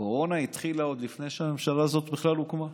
שהקורונה התחילה עוד לפני שהממשלה הזאת הוקמה בכלל,